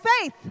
faith